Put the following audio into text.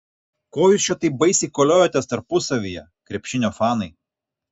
ko jūs čia taip baisiai koliojatės tarpusavyje krepšinio fanai